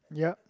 yup